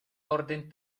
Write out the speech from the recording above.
orden